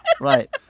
Right